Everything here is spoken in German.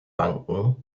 banken